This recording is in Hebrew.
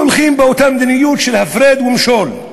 הולכים באותה מדיניות של הפרד ומשול.